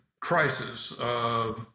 crisis